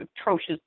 atrocious